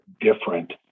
different